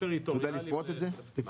טריטוריאלי --- אתה יודע לפרוט את זה למספרים,